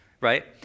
right